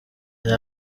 reba